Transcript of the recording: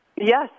Yes